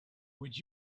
would